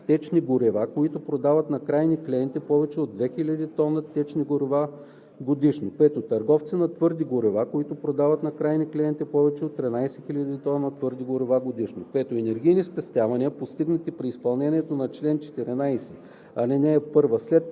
търговци на твърди горива, които продават на крайни клиенти повече от 13 хил. тона твърди горива годишно.